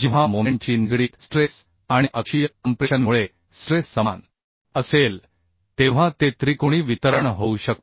जेव्हा मोमेंट शी निगडीत स्ट्रेस आणि अक्षीय कॉम्प्रेशन मुळे स्ट्रेस समान असेल तेव्हा ते त्रिकोणी वितरण होऊ शकते